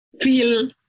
feel